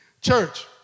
Church